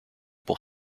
pour